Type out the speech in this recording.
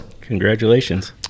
congratulations